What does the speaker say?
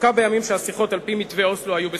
דווקא בימים שהשיחות על-פי מתווה אוסלו היו בשיאן.